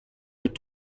mit